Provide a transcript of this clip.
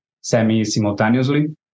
semi-simultaneously